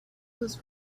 was